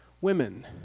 women